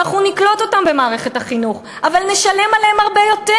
אנחנו נקלוט אותם במערכת החינוך אבל נשלם עליהם הרבה יותר,